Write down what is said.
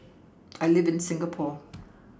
I live in Singapore